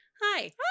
Hi